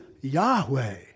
Yahweh